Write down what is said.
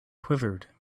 quivered